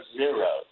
zero